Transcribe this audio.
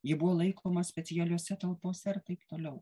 ji buvo laikoma specialiose talpose ir taip toliau